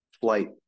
flight